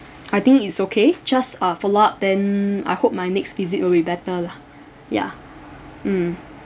I think it's okay just uh follow up then I hope my next visit will be better lah ya mm